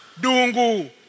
Dungu